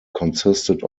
consisted